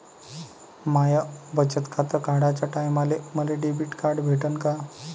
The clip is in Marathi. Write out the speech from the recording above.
माय बचत खातं काढाच्या टायमाले मले डेबिट कार्ड भेटन का?